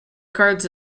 cards